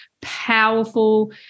powerful